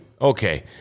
Okay